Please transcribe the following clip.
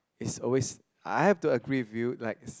is always I have to agree with you like